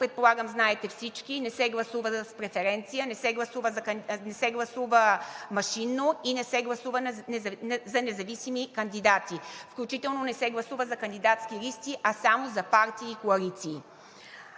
предполагам знаете всички, не се гласува с преференция, не се гласува машинно и не се гласува за независими кандидати, включително не се гласува за кандидатски листи, а само за партии и коалиции.